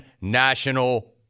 National